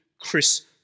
Chris